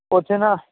ਓਥੇ ਨਾ